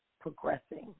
progressing